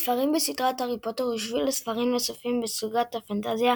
הספרים בסדרת "הארי פוטר" הושוו לספרים נוספים בסוגת הפנטזיה